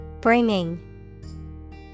Bringing